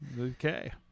Okay